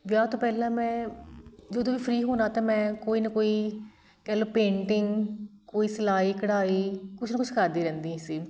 ਵਿਆਹ ਤੋਂ ਪਹਿਲਾਂ ਮੈਂ ਜਦੋਂ ਵੀ ਫਰੀ ਹੋਣਾ ਤਾਂ ਮੈਂ ਕੋਈ ਨਾ ਕੋਈ ਕਹਿ ਲਉ ਪੇਂਟਿੰਗ ਕੋਈ ਸਿਲਾਈ ਕਢਾਈ ਕੁਛ ਨਾ ਕੁਛ ਕਰਦੀ ਰਹਿੰਦੀ ਸੀ